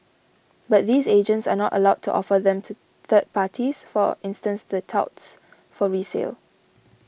but these agents are not allowed to offer them to third parties for instance the touts for resale